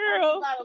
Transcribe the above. Girl